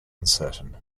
uncertain